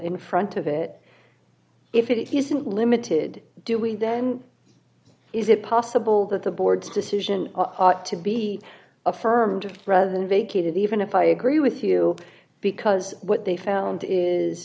in front of it if it isn't limited do we then is it possible that the board's decision to be affirmed rather than vacated even if i agree with you because what they found is